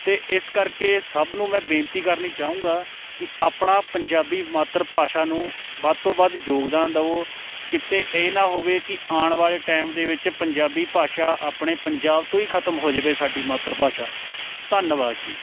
ਅਤੇ ਇਸ ਕਰਕੇ ਸਭ ਨੂੰ ਮੈਂ ਬੇਨਤੀ ਕਰਨੀ ਚਾਹੂੰਗਾ ਕਿ ਆਪਣਾ ਪੰਜਾਬੀ ਮਾਤਰ ਭਾਸ਼ਾ ਨੂੰ ਵੱਧ ਤੋਂ ਵੱਧ ਯੋਗਦਾਨ ਦੇਵੋ ਕਿਤੇ ਇਹ ਨਾ ਹੋਵੇ ਕਿ ਆਉਣ ਵਾਲੇ ਟਾਈਮ ਦੇ ਵਿੱਚ ਪੰਜਾਬੀ ਭਾਸ਼ਾ ਆਪਣੇ ਪੰਜਾਬ ਤੋਂ ਹੀ ਖਤਮ ਹੋ ਜਾਵੇ ਸਾਡੀ ਮਾਤਰ ਭਾਸ਼ਾ ਧੰਨਵਾਦ ਜੀ